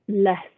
less